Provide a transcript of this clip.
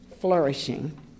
flourishing